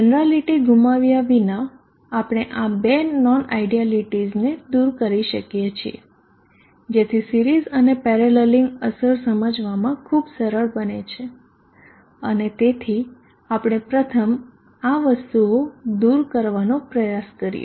generality ગુમાવ્યા વિના આપણે આ બે નોન આયડયાલીટીઝને દૂર કરી શકીએ છે જેથી સિરિઝ અને પેરેલેલીંગ અસર સમજવામાં ખૂબ સરળ બને છે અને તેથી આપણે પ્રથમ આ વસ્તુઓ દૂર કરવાનો પ્રયાસ કરીએ